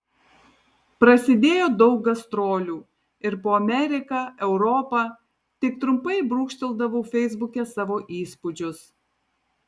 prasidėjo daug gastrolių ir po ameriką europą tik trumpai brūkšteldavau feisbuke savo įspūdžius